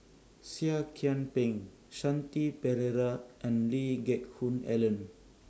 Seah Kian Peng Shanti Pereira and Lee Geck Hoon Ellen